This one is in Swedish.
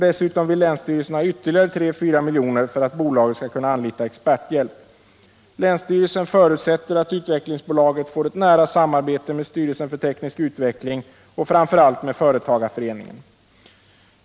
Dessutom vill länsstyrelsen ha ytterligare 3-4 miljoner för att bolaget skall kunna anlita experthjälp. Länsstyrelsen förutsätter att utvecklingsbolaget får ett nära samarbete med STU och framför allt med företagarföreningen.